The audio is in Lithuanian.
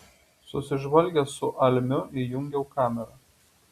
susižvalgęs su almiu įjungiau kamerą